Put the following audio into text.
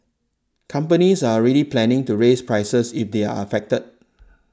companies are already planning to raise prices if they are affected